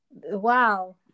wow